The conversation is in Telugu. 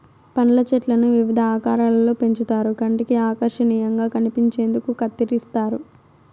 పండ్ల చెట్లను వివిధ ఆకారాలలో పెంచుతారు కంటికి ఆకర్శనీయంగా కనిపించేందుకు కత్తిరిస్తారు